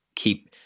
Keep